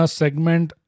segment